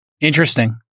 Interesting